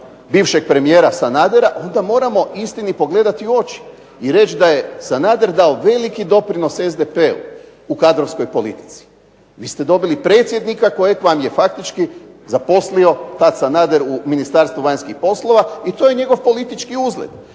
bivšeg premijera Sanadera onda moramo istini pogledati u oči i reći da je Sanader dao veliki doprinos SDP-u u kadrovskoj politici, vi ste dobili predsjednika, kojeg vam je faktički zaposlio Sanader u Ministarstvu vanjskih poslova i to je njegov politički uzlet.